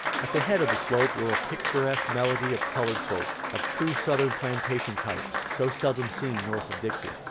at the head of the slope were a picturesque medley of colored folk, of true southern plantation types, so seldom seen north of dixie.